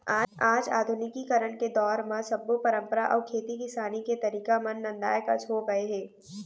आज आधुनिकीकरन के दौर म सब्बो परंपरा अउ खेती किसानी के तरीका मन नंदाए कस हो गए हे